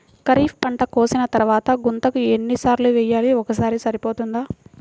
ఖరీఫ్ పంట కోసిన తరువాత గుంతక ఎన్ని సార్లు వేయాలి? ఒక్కసారి సరిపోతుందా?